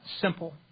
SIMPLE